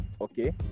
okay